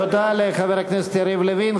תודה לחבר הכנסת יריב לוין.